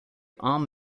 arm